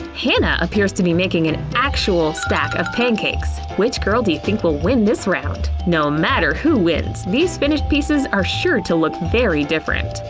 hannah appears to be making an actual stack of pancakes! which girl do you think will win this round? no matter who wins, these finished pieces are sure to look very different.